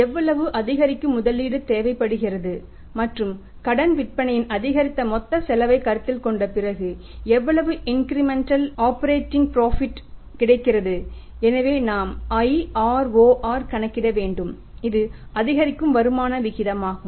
எவ்வளவு அதிகரிக்கும் முதலீடு தேவைப்படுகிறது மற்றும் கடன் விற்பனையின் அதிகரித்த மொத்த செலவைக் கருத்தில் கொண்ட பிறகு எவ்வளவு இன்கிரிமெண்டல் ஆபரைடிங் புரோஃபிட் இருக்கிறது எனவே நாம் IROR கணக்கிட வேண்டும் இது அதிகரிக்கும் வருமான விகிதமாகும்